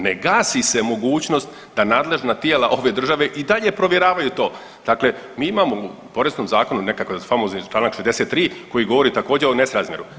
Ne gasi se mogućnost da nadležna tijela ove države i dalje provjeravaju to, dakle mi imamo u Poreznom zakonu nekakav famozni čl. 63. koji govori također o nesrazmjeru.